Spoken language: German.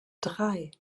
drei